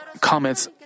comments